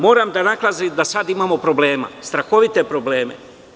Moram da naglasim da sada imamo problema, strahovite probleme.